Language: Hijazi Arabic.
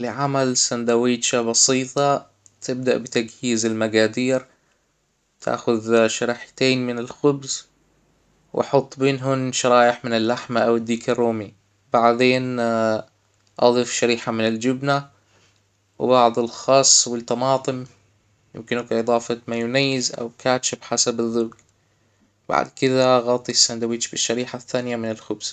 لعمل ساندويتشة بسيطة تبدأ بتجهيز المجادير تاخذ شريحتين من الخبز وأحط بينهن شرايح من اللحم أو الديك الرومى بعدين أضف شريحه من الجبنة وبعض الخس و الطماطم يمكنك إضافه مايونيز أو كاتشب حسب الذوج بعد كده غطى الساندويتش بالشريحه الثانية من الخبز